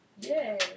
Yay